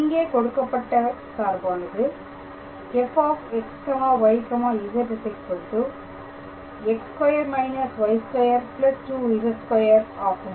இங்கே கொடுக்கப்பட்ட சார்பானது fxyz x2 − y2 2z2 ஆகும்